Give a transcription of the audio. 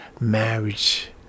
marriage